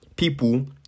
People